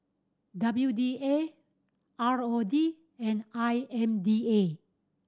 W D A R O D and I M D A